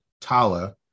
tala